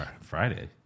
Friday